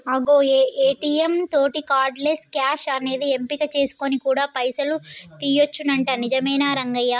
అగో ఏ.టీ.యం తోటి cardless cash అనేది ఎంపిక చేసుకొని కూడా పైసలు తీయొచ్చునంట నిజమేనా రంగయ్య